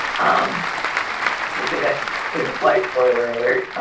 um which i guess is a slight spoiler alert.